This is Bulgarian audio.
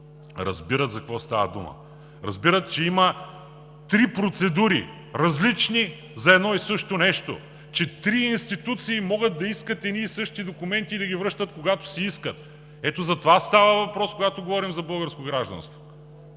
разбират за какво става дума. Разбират, че има три различни процедури за едно и също нещо, че три институции могат да искат едни и същи документи и да ги връщат, когато си искат. Ето за това става въпрос, когато говорим за българско гражданство!